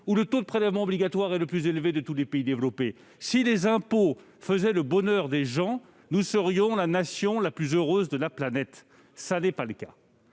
où le taux de prélèvements obligatoires est le plus élevé de tous les pays développés. Si les impôts faisaient le bonheur des gens, nous serions la Nation la plus heureuse de la planète ; ce n'est pas le cas.